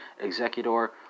executor